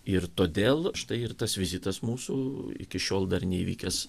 ir todėl štai ir tas vizitas mūsų iki šiol dar neįvykęs